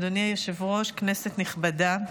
אדוני היושב-ראש, כנסת נכבדה,